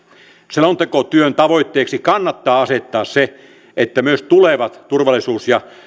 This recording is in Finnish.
selontekotyön tavoitteeksi kannattaa asettaa se että myös tulevat turvallisuus ja